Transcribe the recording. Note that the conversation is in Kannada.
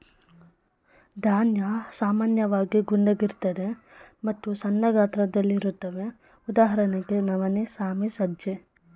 ಧಾನ್ಯ ಸಾಮಾನ್ಯವಾಗಿ ಗುಂಡಗಿರ್ತದೆ ಮತ್ತು ಸಣ್ಣ ಗಾತ್ರದಲ್ಲಿರುತ್ವೆ ಉದಾಹರಣೆಗೆ ನವಣೆ ಸಾಮೆ ಸಜ್ಜೆ